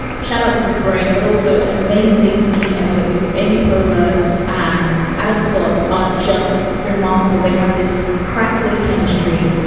shout out to his brain. but also an amazing team effort because amy poehler and adam scott are just remarkable. they have this crackling chemistry.